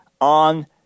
on